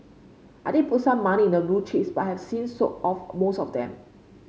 I did put some money into blue chips but have since sold off most of them